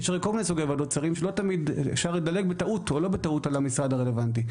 אפשר לדלג, בטעות או לא בטעות, על המשרד הרלוונטי.